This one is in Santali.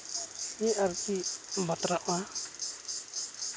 ᱳᱭ ᱟᱨᱠᱤ ᱵᱟᱛᱨᱟᱜᱼᱟ